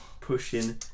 pushing